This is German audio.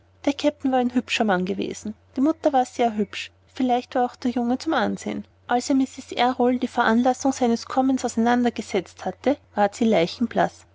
der kapitän war ein hübscher mann gewesen die mutter war sehr hübsch vielleicht war der junge auch zum ansehen als er mrs errol die veranlassung seines kommens auseinandergesetzt hatte ward sie